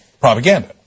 propaganda